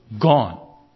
gone